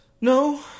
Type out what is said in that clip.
No